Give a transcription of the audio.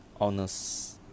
honest